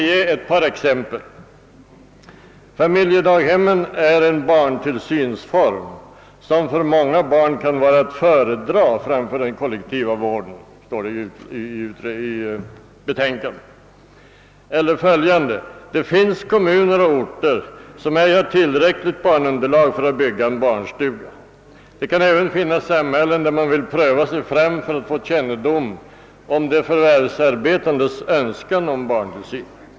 I betänkandet heter det: "»Familjedaghemmen är en barntill synsform som för många barn kan vara att föredra framför den kollektiva vården.» Vidare skriver utredningen: »Det finns kommuner och orter som ej har tillräckligt barnunderlag för att bygga en barnstuga. Det kan även finnas samhällen där man vill pröva sig fram för att få kännedom om de förvärvsarbetandes önskan om barntillsyn.